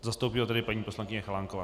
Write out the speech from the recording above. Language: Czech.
Zastoupí ho paní poslankyně Chalánková.